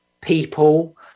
people